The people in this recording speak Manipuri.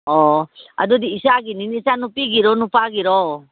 ꯑꯣ ꯑꯗꯨꯗꯤ ꯏꯆꯥꯒꯤꯅꯤꯅꯦ ꯏꯆꯥ ꯅꯨꯄꯤꯒꯤꯔꯣ ꯅꯨꯄꯥꯒꯤꯔꯣ